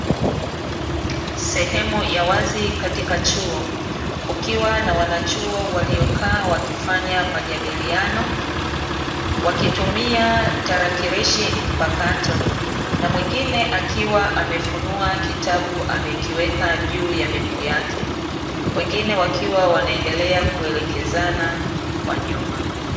Sehemu ya wazi katika chuo kukiwa na wanachuo waliokaa wakifanya majadiliano, wakitumia tarakilishi mpakato na mwingine akiwa amefunua kitabu amekiweka juu ya miguu yake, wengine wakiwa wanaendelea kuelekezana kwa nyuma.